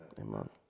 Amen